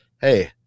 Hey